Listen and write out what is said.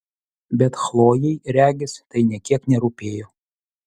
bet chlojei regis tai nė kiek nerūpėjo